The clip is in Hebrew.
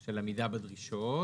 של עמידה בדרישות,